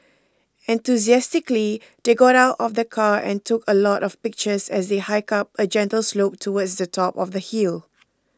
enthusiastically they got out of the car and took a lot of pictures as they hiked up a gentle slope towards the top of the hill